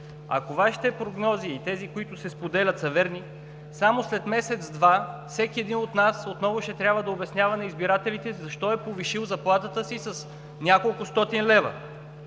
Ако Вашите прогнози и тези, които се споделят, са верни, само след месец-два всеки един от нас отново ще трябва да обяснява на избирателите си защо е повишил заплатата си с няколкостотин лева.